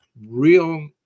real